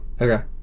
Okay